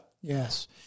Yes